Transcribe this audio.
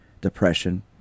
depression